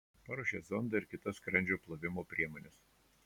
paruošia zondą ir kitas skrandžio plovimo priemones